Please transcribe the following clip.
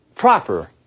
proper